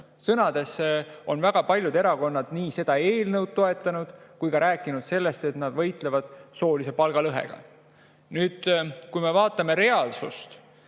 Sõnades on väga paljud erakonnad nii seda eelnõu toetanud kui ka rääkinud sellest, et nad võitlevad soolise palgalõhega. Nüüd, kui me vaatame reaalsust,